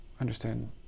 understand